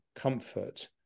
comfort